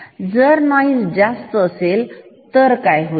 जर नोईस थोडा जास्त असेल तर काय होईल